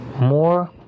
More